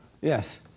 Yes